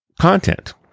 content